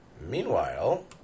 Meanwhile